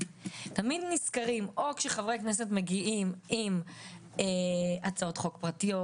תמיד נזכרים או כשחברי הכנסת מגיעים עם הצעות חוק פרטיות,